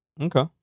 Okay